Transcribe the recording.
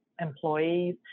employees